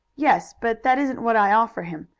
yes but that isn't what i offer him.